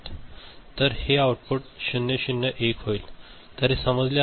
तर हे आउटपुट 0 0 1 होईल तर हे समजले आहे